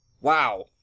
Wow